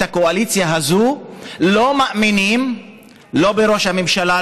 הקואליציה הזאת לא מאמינים לא בראש הממשלה,